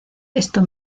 esto